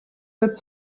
wird